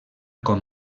com